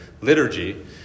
liturgy